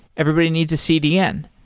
everybody needs a cdn.